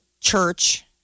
church